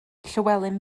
llywelyn